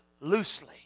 loosely